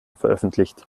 veröffentlicht